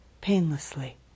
painlessly